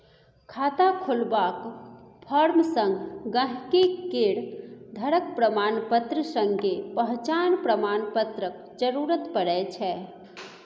खाता खोलबाक फार्म संग गांहिकी केर घरक प्रमाणपत्र संगे पहचान प्रमाण पत्रक जरुरत परै छै